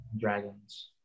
dragons